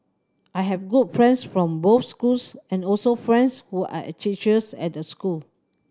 I have good friends from both schools and also friends who are a teachers at the school